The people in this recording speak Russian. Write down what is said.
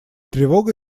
тревога